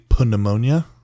pneumonia